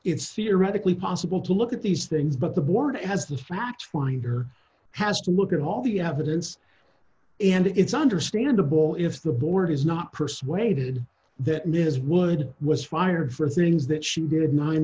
it's theoretically possible to look at these things but the board has the facts winder has to look at all the evidence and it's understandable if the board is not persuaded that ms wood was fired for things that she did nine